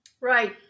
right